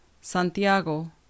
Santiago